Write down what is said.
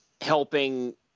helping –